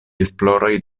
esploroj